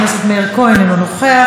אינו נוכח,